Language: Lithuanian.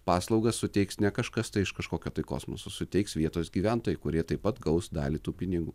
paslaugas suteiks ne kažkas tai iš kažkokio tai kosmoso suteiks vietos gyventojai kurie taip pat gaus dalį tų pinigų